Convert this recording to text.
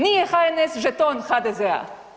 Nije HNS žeton HDZ-a.